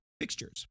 fixtures